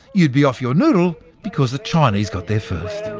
you'd be off your noodle because the chinese got there first